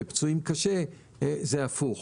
בפצועים קשה, זה הפוך.